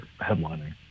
headlining